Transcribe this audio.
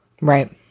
Right